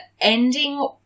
ending